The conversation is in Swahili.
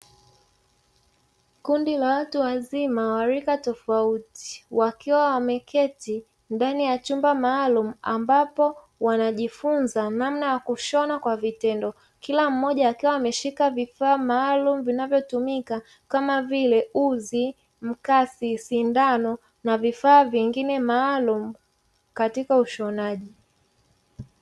Kundi la watu wazima wa rika tofauti, wakiwa wameketi ndani ya chumba maalumu, ambapo wanajifunza namna ya kushona kwa vitendo. Kila mmoja akiwa ameshika vifaa maalumu vinavyotumika, kama vile; uzi, mkasi, sindano na vifaa vingine maalumu katika ushonaji.